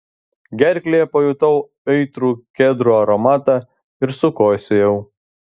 gerklėje pajutau aitrų kedrų aromatą ir sukosėjau